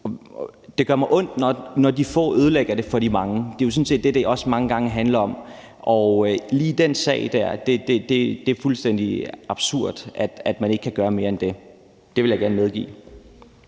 Det gør mig ondt, når de få ødelægger det for de mange. Det er jo sådan set det, det også mange gange handler om. Og lige i den der sag er det fuldstændig absurd, at man ikke kan gøre mere end det. Det vil jeg gerne medgive.